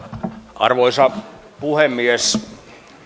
arvoisa puhemies